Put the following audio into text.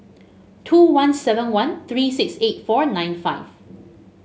two one seven one three six eight four nine five